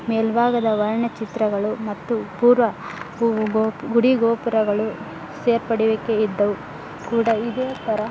ಮೇಲ್ಭಾಗದ ವರ್ಣಚಿತ್ರಗಳು ಮತ್ತು ಪೂರ್ವ ಗುಡಿ ಗೋಪ್ ಗುಡಿ ಗೋಪುರಗಳು ಸೇರ್ಪಡುವಿಕೆ ಇದ್ದವು ಕೂಡ ಇದೇ ಥರ